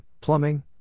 plumbing